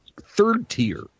third-tier